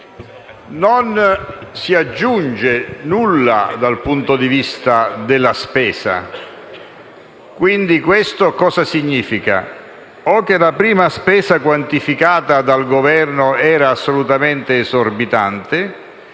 Non si aggiunge nulla dal punto di vista della spesa. Quindi, ciò significa: o che la prima spesa quantificata dal Governo era assolutamente esorbitante;